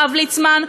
הרב ליצמן,